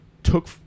took